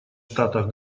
штатах